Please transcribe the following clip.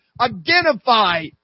identify